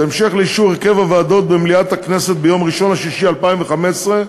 בהמשך לאישור הרכב הוועדות במליאת הכנסת ביום 1 ביוני 2015,